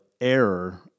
error